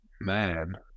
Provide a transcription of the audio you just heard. man